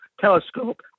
telescope